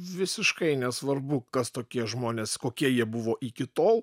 visiškai nesvarbu kas tokie žmonės kokie jie buvo iki tol